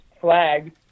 flag